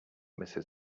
mrs